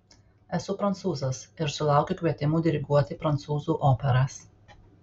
esu prancūzas ir sulaukiu kvietimų diriguoti prancūzų operas